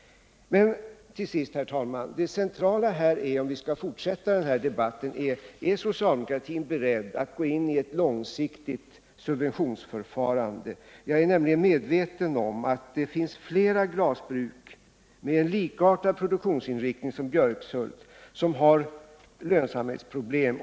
Men, herr talman, skall vi fortsätta den här debatten, så är den centrala frågan, om socialdemokratin är beredd att gå in i ett långsiktigt subventionsförfarande. Jag är nämligen medveten om att det finns flera glasbruk som har en likartad produktionsinriktning som man har i glashyttan i Björkshult och som har lönsamhetsproblem.